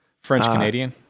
French-Canadian